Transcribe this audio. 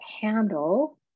handle